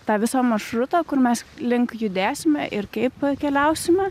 tą visą maršrutą kur mes link judėsime ir kaip keliausime